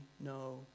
no